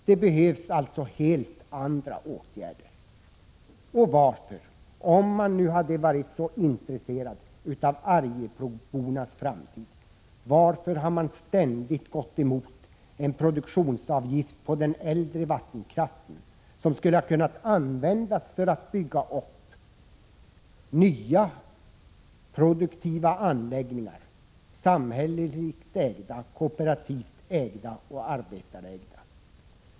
Det behövs alltså helt andra åtgärder — och varför det? Om man nu varit så intresserad av arjeplogsbornas framtid, varför har man då ständigt gått emot en produktionsavgift på den äldre vattenkraften som skulle ha kunnat användas till att bygga upp nya produktiva anläggningar — samhälleligt ägda, kooperativt ägda eller arbetarägda?